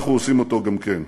אנחנו עושים אותו גם כן.